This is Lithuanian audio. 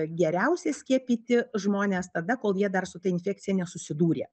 geriausia skiepyti žmones tada kol jie dar su ta infekcija nesusidūrė